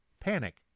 panic